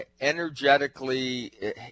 Energetically